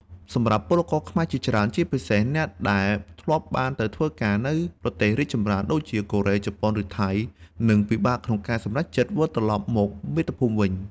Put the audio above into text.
សម្រាប់ពលករខ្មែរជាច្រើន ជាពិសេសអ្នកដែលធ្លាប់បានទៅធ្វើការនៅប្រទេសរីកចម្រើនដូចជា កូរ៉េ ជប៉ុន ឬថៃ និងពិបាកក្នុងការសម្រេចចិត្តវិលត្រឡប់មកមាតុភូមិវិញ ។